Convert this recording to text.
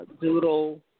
doodle